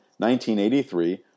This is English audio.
1983